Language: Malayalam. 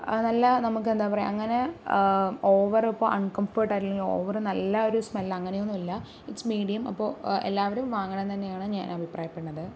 നല്ല നമുക്കെന്താ പറയുക അങ്ങനെ ഓവറിപ്പോൾ അൺകംഫേർറ്റായിട്ടുള്ള ഓവർ നല്ല ഒരു സ്മെൽ അങ്ങയൊന്നുല്ല ഇട്സ് മീഡിയം അപ്പോൾ എല്ലാവരും വാങ്ങണം എന്ന് തന്നെ ആണ് ഞാൻ അഭിപ്രായപ്പെടുന്നത്